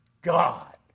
God